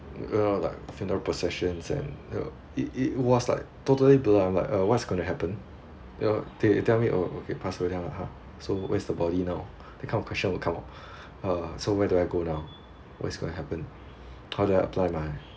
uh you know like funeral possessions and you know it it was like totally blur on like uh what's going to happen you know they tell me oh okay pass away liao har so where's the body now that kind of question will come out uh so where do I go now what is going to happen how do I apply my